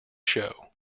show